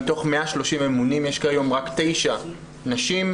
מתוך 130 ממונים יש כיום רק תשע נשים,